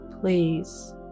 Please